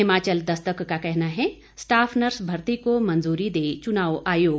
हिमाचल दस्तक का कहना है स्टाफ नर्स भर्ती को मंजूरी दे चुनाव आयोग